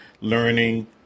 Learning